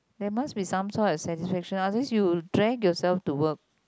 there must be some sort of satisfaction otherwise you drag yourself to work